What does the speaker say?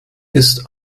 ist